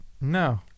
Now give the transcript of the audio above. No